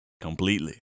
Completely